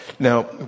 Now